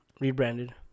rebranded